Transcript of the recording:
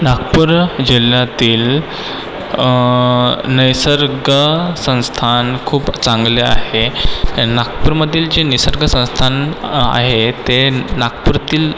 नागपूर जिल्ह्यातील निसर्ग संस्थान खूप चांगले आहे आणि नागपूरमधील जे निसर्ग संस्थान आहे ते नागपुरातील